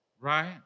right